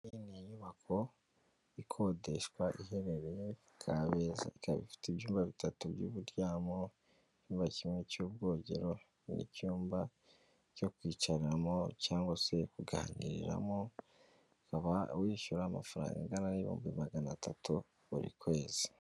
Iyi ni inyubako ikodeshwa iherereye Kabeza, ikaba ifite ibyumba bitatu by'uburyamo, icyumba kimwe cy'ubwogero, n'icyumba cyo kwicaramo cyangwa se kuganiriramo, ukaba wishyura amafaranga angana n'ihumbi magana atatu buri kwezi.